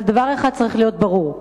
אבל דבר אחד צריך להיות ברור,